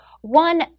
one